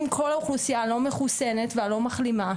אם כל האוכלוסייה הלא מחוסנת והלא מחלימה,